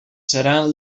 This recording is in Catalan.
seran